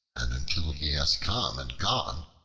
and until he has come and gone,